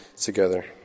together